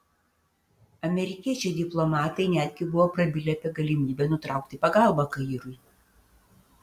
amerikiečiai diplomatai netgi buvo prabilę apie galimybę nutraukti pagalbą kairui